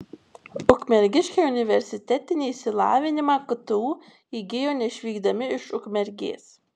ukmergiškiai universitetinį išsilavinimą ktu įgijo neišvykdami iš ukmergės